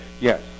Yes